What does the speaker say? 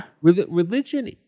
Religion